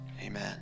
amen